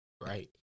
Right